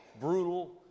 brutal